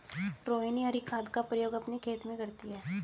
रोहिनी हरी खाद का प्रयोग अपने खेत में करती है